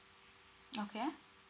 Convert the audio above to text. okay